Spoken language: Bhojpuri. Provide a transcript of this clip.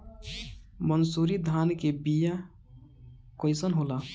मनसुरी धान के बिया कईसन होला?